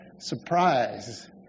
surprise